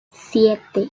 siete